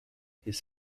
his